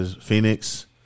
Phoenix